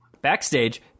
Backstage